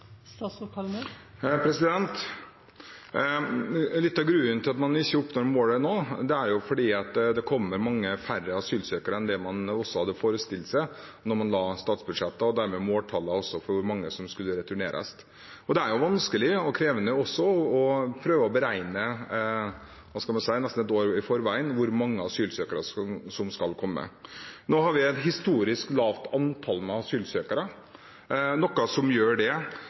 Litt av grunnen til at man ikke oppnår målet nå, er at det kommer mange færre asylsøkere enn det man hadde forestilt seg da man la statsbudsjettet og dermed også måltallet for hvor mange som skulle returneres. Det er vanskelig og krevende å prøve å beregne – hva skal man si – nesten et år i forveien hvor mange asylsøkere som vil komme. Nå har vi et historisk lavt antall asylsøkere, noe som gjør at det